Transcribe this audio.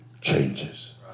changes